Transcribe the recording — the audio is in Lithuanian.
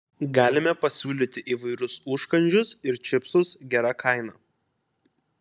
galime pasiūlyti įvairius užkandžius ir čipsus gera kaina